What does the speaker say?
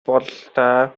бололтой